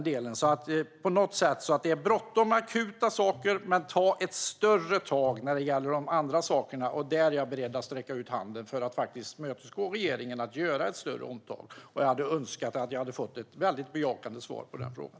Det är alltså bråttom med akuta saker, men ta ett större tag när det gäller de andra sakerna! Där är jag beredd att sträcka ut handen för att tillmötesgå regeringen i att göra ett större omtag. Jag önskar att jag hade fått ett väldigt bejakande svar på den frågan.